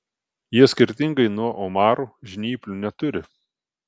jie skirtingai nuo omarų žnyplių neturi